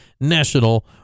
national